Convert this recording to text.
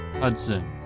Hudson